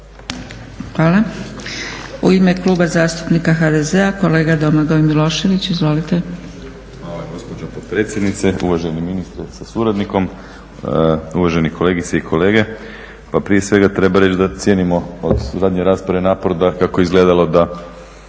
Hvala. U ime Kluba zastupnika HDZ-a kolega Domagoj Milošević. Izvolite. **Milošević, Domagoj Ivan (HDZ)** Hvala gospođo potpredsjednice, uvaženi ministre sa suradnikom, uvažene kolegice i kolege. Pa prije svega treba reći da cijenimo od zadnje rasprave napredak iako je izgledalo da